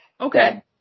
Okay